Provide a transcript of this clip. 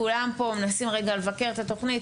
כולם פה מנסים לבקר את התוכנית,